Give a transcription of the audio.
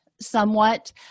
somewhat